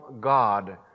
God